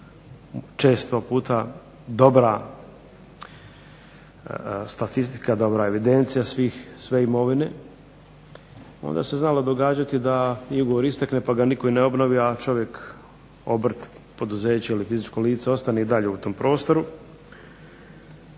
često puta dobra statistika, dobra evidencija sve imovine, onda se znalo događati da i ugovor istekne, pa ga nitko i ne obnovi, a čovjek obrt, poduzeće, ili fizičko lice ostane i dalje u tom prostoru,